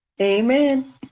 amen